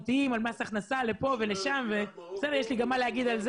בוז'י גם,